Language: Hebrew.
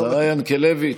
השרה ינקלביץ'.